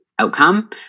outcome